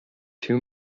too